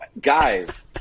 guys